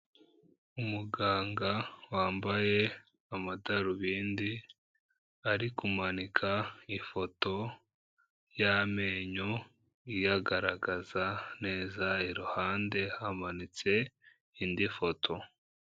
Umuganga wambaye amadarubindi, ari kumanika ifoto y'amenyo iyagaragaza neza, iruhande hamanitse indi foto.